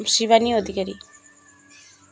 Shivani Adhikari